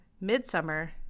midsummer